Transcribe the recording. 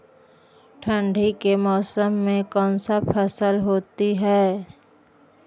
ठंडी के मौसम में कौन सा फसल होती है?